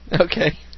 Okay